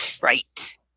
Right